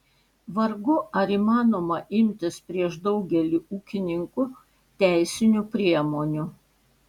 vargu ar įmanoma imtis prieš daugelį ūkininkų teisinių priemonių